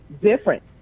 Different